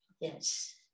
Yes